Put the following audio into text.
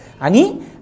Ani